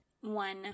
one